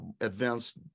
advanced